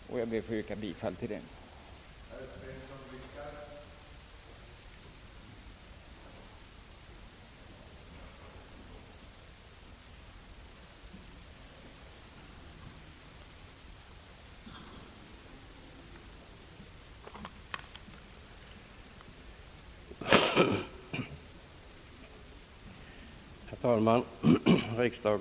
Jag ber att få yrka bifall till denna reservation.